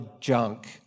junk